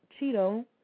Cheeto